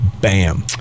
Bam